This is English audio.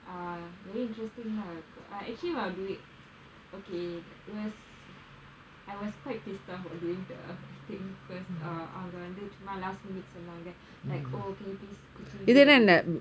ah very interesting ah I actually while doing okay it was I was quite pissed off from doing the thing because uh அவங்க வந்து சும்மா:avanga vanthu chumma last minute சொன்னாங்க:sonnaanga like oh can you please quickly do a video